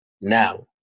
Now